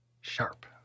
Sharp